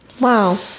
Wow